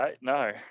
No